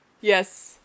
Yes